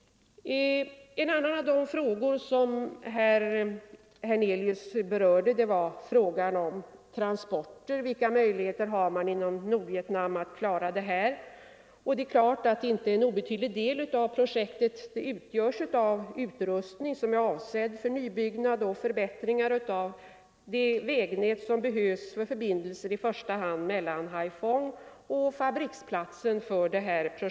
Herr Hernelius berörde vidare frågan om möjligheterna att inom Nordvietnam klara transporterna. En inte obetydlig del av projektet utgörs av utrustning för nybyggnad och förbättringar av det vägnät som behövs för förbindelser i första hand mellan Haiphong och fabriksplatsen.